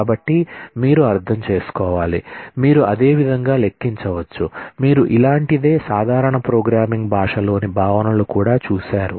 కాబట్టి మీరు అర్థం చేసుకోవాలి మీరు అదే విధంగా లెక్కించవచ్చు మీరు ఇలాంటిదే సాధారణ ప్రోగ్రామింగ్ భాషలోని భావనలు కూడా చూశారు